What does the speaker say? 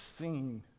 seen